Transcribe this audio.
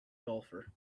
golfer